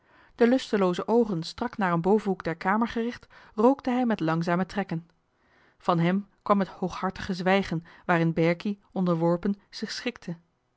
de lustelooze oogen strak naar een bovenhoek der kamer gericht rookte hij met langzame trekken van hem kwam het hooghartige zwijgen waarin berkie onderworpen zich schikte